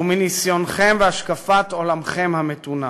ומניסיונכם ומהשקפת עולמכם המתונה.